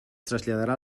traslladarà